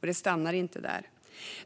Och det stannar inte där, utan